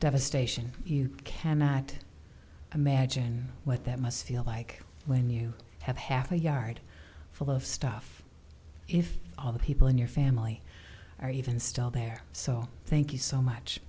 devastation you cannot imagine what that must feel like when you have half a yard full of stuff if all the people in your family are even still there so thank you so much